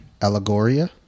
Allegoria